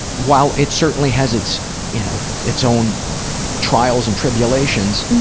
while it certainly has its you know its own trials and tribulations,